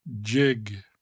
jig